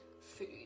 food